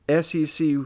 SEC